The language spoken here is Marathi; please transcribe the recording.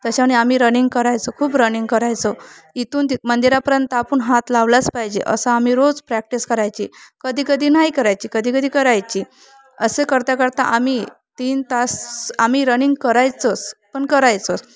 तशाने आम्ही रनिंग करायचो खूप रनिंग करायचो इथून तर मंदिरापर्यंत आपण हात लावलाच पाहिजे असं आम्ही रोज प्रॅक्टिस करायची कधी कधी नाही करायची कधी कधी करायची असे करता करता आम्ही तीन तास आम्ही रनिंग करायचोच पण करायचोच